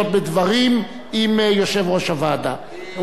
כי לכל החברים או לרוב החברים כאן יש בחירות.